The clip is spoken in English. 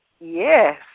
Yes